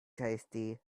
tasty